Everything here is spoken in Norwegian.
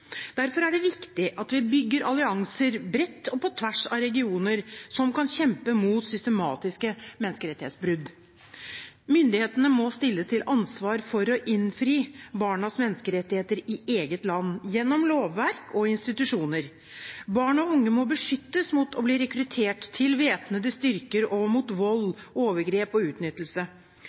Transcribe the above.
Derfor er det viktig at vi bygger allianser, bredt og på tvers av regioner, som kan kjempe mot systematiske menneskerettighetsbrudd. Myndighetene må stilles til ansvar for å innfri barnas menneskerettigheter i eget land, gjennom lovverk og institusjoner. Barn og unge må beskyttes mot å bli rekruttert til væpnede styrker og mot vold, overgrep og utnyttelse.